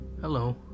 Hello